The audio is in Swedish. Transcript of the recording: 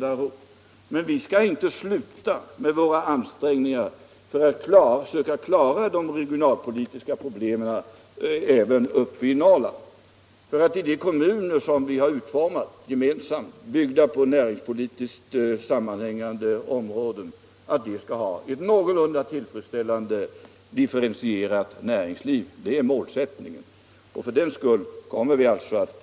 Vi skall emellertid inte upphöra med våra ansträngningar att försöka klara de regionalpolitiska problemen uppe i Norrland. Målsättningen är givetvis att de kommuner som vi gemensamt har utformat och som är byggda på näringspolitiskt sammanhängande områden skall få ett någorlunda tillfredsställande differentierat näringsliv. Vi kommer därför att